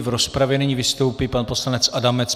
V rozpravě nyní vystoupí pan poslanec Adamec.